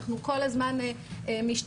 אנחנו כל הזמן משתפרים,